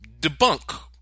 debunk